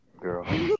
girl